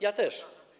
Ja też.